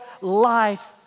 life